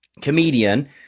comedian